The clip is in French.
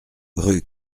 rue